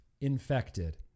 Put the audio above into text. infected